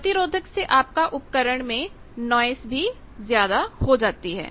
प्रतिरोधक से आपका उपकरण में नॉइस भी ज्यादा हो जाती है